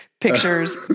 pictures